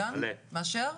מאשר?